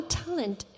talent